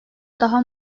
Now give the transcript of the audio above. daha